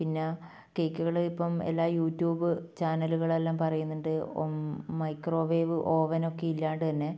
പിന്നെ കേക്കുകൾ ഇപ്പം എല്ലാ യൂട്യൂബ് ചാനലുകളെല്ലാം പറയുന്നുണ്ട് മൈക്രോവേവ് ഓവൻ ഒക്കെ ഇല്ലാണ്ട് തന്നെ